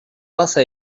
basa